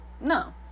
no